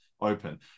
open